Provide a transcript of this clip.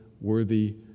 worthy